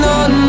on